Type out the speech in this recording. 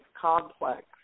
complex